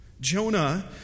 Jonah